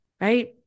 right